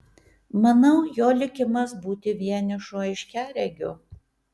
manau jo likimas būti vienišu aiškiaregiu